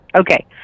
okay